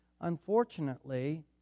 Unfortunately